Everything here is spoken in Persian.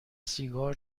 سیگار